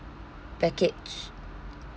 package